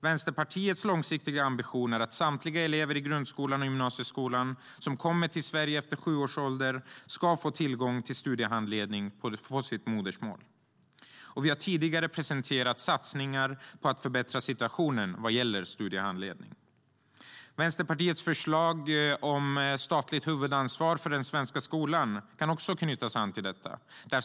Vänsterpartiets långsiktiga ambition är att samtliga elever i grundskolan och gymnasieskolan som kommer till Sverige efter sju års ålder ska få tillgång till studiehandledning på sitt modersmål. Vi har tidigare presenterat satsningar på att förbättra situationen vad gäller studiehandledningen. Vänsterpartiets förslag om statligt huvudansvar för den svenska skolan kan också knytas till detta.